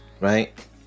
right